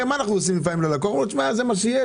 מה אנחנו עושים לפעמים ללקוח אומרים: זה מה שיש.